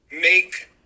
make